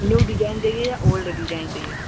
new design चाहिए या old design चाहिए